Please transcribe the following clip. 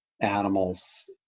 animals